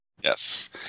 Yes